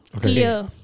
clear